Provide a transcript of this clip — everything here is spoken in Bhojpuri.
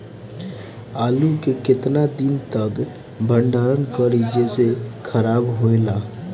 आलू के केतना दिन तक भंडारण करी जेसे खराब होएला?